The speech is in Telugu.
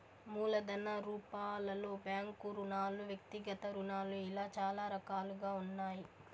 మూలధన రూపాలలో బ్యాంకు రుణాలు వ్యక్తిగత రుణాలు ఇలా చాలా రకాలుగా ఉన్నాయి